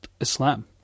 Islam